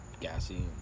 gassy